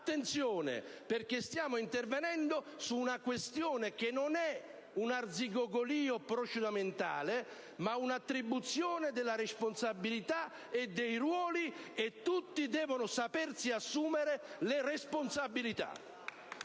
Attenzione, perché stiamo intervenendo su una questione che non riguarda un arzigogolo procedimentale, bensì un'attribuzione della responsabilità e dei ruoli, e tutti devono sapersi assumere le responsabilità!